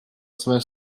své